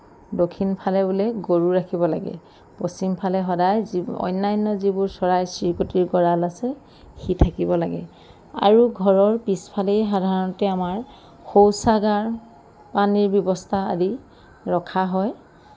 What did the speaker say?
দক্ষিণ ফালে বোলে গৰু ৰাখিব লাগে পশ্চিম ফালে সদায় অন্যান্য যিবোৰ চৰাই চিৰিকতিৰ গঁৰাল আছে সি থাকিব লাগে আৰু ঘৰৰ পিছফালে সাধাৰণতে শৌচাগাৰ পানীৰ ব্যৱস্থা আদি ৰখা হয়